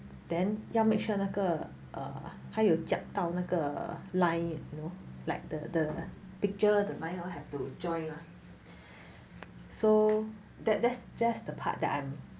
then 要 make sure 那个还有 jiap 到那个 err line you know like the the picture the line all have to join lah so that that's just the part that I'm